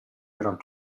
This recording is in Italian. eran